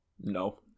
No